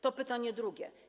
To pytanie drugie.